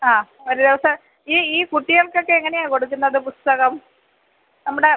ആ ഒരു ദിവസം ഈ ഈ കുട്ടികൾക്കൊക്കെ എങ്ങനെയാ കൊടുക്കുന്നത് പുസ്തകം നമ്മുടെ